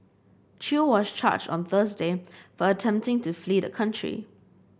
Chew was charged on Thursday for attempting to flee the country